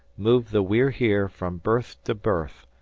moved the we're here from berth to berth,